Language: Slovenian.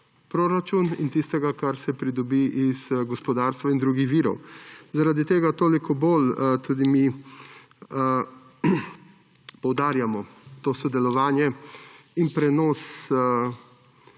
proračun, in tistega, kar se pridobi iz gospodarstva in drugih virov. Zaradi tega toliko bolj tudi mi poudarjamo to sodelovanje in prenos